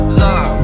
love